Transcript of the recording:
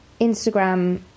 Instagram